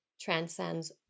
transcends